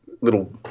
little